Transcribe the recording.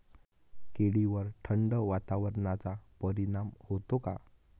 केळीवर थंड वातावरणाचा परिणाम होतो का?